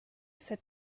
sat